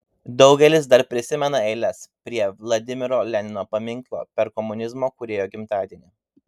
daugelis dar prisimena eiles prie vladimiro lenino paminklo per komunizmo kūrėjo gimtadienį